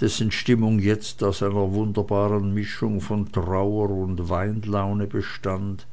dessen stimmung jetzt aus einer wunderbaren mischung von trauer und weinlaune bestand